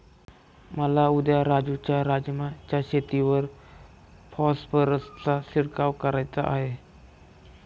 मला उद्या राजू च्या राजमा च्या शेतीवर फॉस्फरसचा शिडकाव करायचा आहे